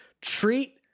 Treat